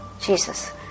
Jesus